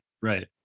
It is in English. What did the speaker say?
Right